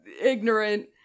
ignorant